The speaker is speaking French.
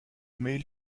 mais